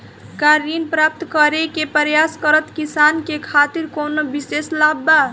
का ऋण प्राप्त करे के प्रयास करत किसानन के खातिर कोनो विशेष लाभ बा